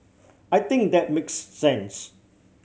I think that makes sense